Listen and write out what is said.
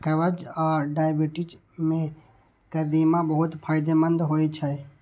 कब्ज आ डायबिटीज मे कदीमा बहुत फायदेमंद होइ छै